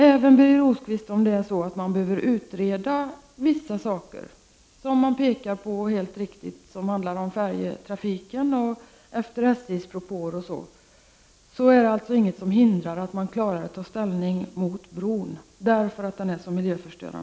Även om det är så, Birger Rosqvist, att man behöver utreda vissa saker — man har helt riktigt pekat på sådant som handlar om färjetrafiken, om SJ:s propåer m.m. — finns det ingenting som hindrar att man tar ställning mot bron därför att den är så miljöförstörande.